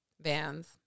vans